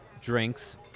drinks